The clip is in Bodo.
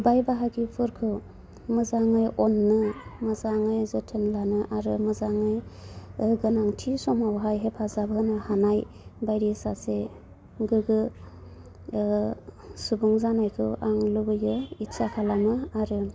बाइ बाहागिफोरखौ मोजाङै अननो मोजाङै जोथोन लानो आरो मोजाङै गोनांथि समावहाय हेफाजाब होनो हानाय बायदि सासे गोग्गो सुबुं जानायखौ आं लुबैयो इतसा खालामो आरो